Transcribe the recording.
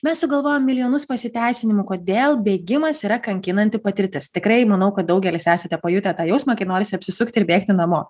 mes sugalvojam milijonus pasiteisinimų kodėl bėgimas yra kankinanti patirtis tikrai manau kad daugelis esate pajutę tą jausmą kai norisi apsisukti ir bėgti namo